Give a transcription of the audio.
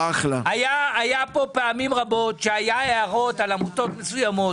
פעמים רבות היו כאן הערות על עמותות מסוימות.